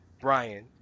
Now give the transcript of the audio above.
Brian